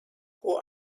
who